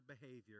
behavior